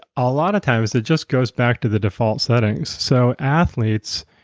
a lot of times it just goes back to the default settings. so athletes,